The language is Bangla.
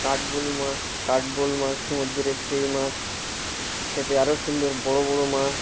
কালবউশ মাছ কালবউশ মাছ সমুদ্রের সেই মাছ খেতে আরও সুন্দর বড়ো বড়ো মাছ